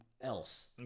else